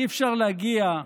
אי-אפשר להגיע.